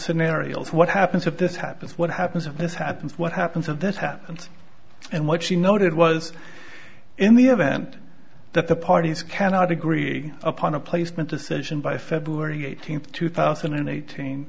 scenarios what happens if this happens what happens if this happens what happens of that happened and what she noted was in the event that the parties cannot agree upon a placement decision by february eighteenth two thousand and eighteen